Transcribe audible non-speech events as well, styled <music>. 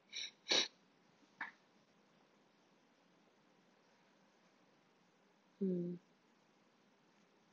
<noise> mm